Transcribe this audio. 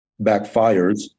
backfires